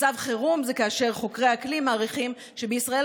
מצב חירום זה כאשר חוקרי אקלים מעריכים שבישראל